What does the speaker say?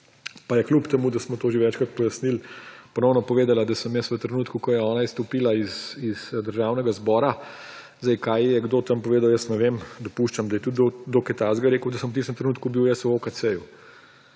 pa je kljub temu, da smo to že večkrat pojasnili, ponovno povedala, da sem jaz v trenutku, ko je ona izstopila iz Državnega zbora, kaj ji je kdo tam povedal, jaz ne vem, dopuščam, da je tudi kdo kaj takega rekel, da sem v tistem trenutku bil jaz v OKC.